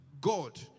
God